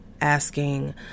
asking